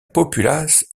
populace